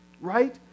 Right